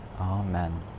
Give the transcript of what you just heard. Amen